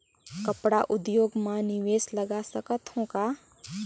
कपड़ा उद्योग म निवेश लगा सकत हो का?